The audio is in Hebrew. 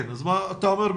אתה אומר,